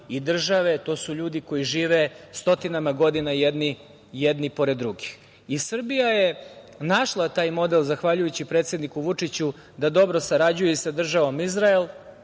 i države, to su ljudi koji žive stotinama godina jedni pored drugih. Srbija je našla taj model zahvaljujući predsedniku Vučiću da dobro sarađuje i sa državom Izrael,